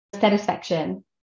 satisfaction